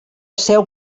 seu